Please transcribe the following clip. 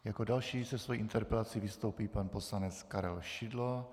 Jako další se svou interpelací vystoupí pan poslanec Karel Šidlo.